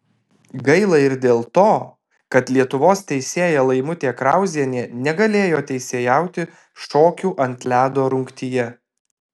gaila ir dėl to kad lietuvos teisėja laimutė krauzienė negalėjo teisėjauti šokių ant ledo rungtyje